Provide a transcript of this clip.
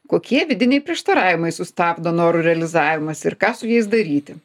kokie vidiniai prieštaravimai sustabdo norų realizavimas ir ką su jais daryti